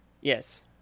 Yes